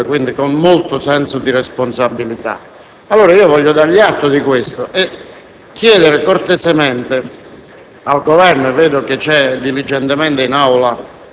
posto questioni pregiudiziali di procedura, quindi con molto senso di responsabilità. Voglio dargli atto di questo e chiedere cortesemente